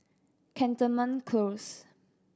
Cantonment Close